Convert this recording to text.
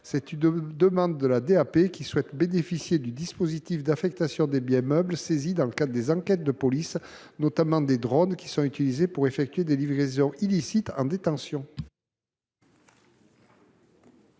pénitentiaire (DAP) souhaite en effet bénéficier du dispositif d’affectation des biens meubles saisis dans le cadre des enquêtes de police, notamment des drones qui sont utilisés pour effectuer des livraisons illicites en détention.